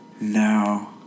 No